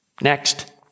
Next